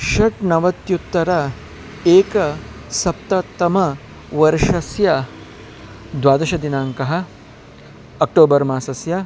षण्णवत्युत्तर एकसप्ततम वर्षस्य द्वादशदिनाङ्कः अक्टोबर् मासस्य